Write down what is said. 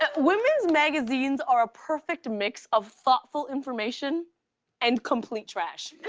ah women's magazines are a perfect mix of thoughtful information and complete trash.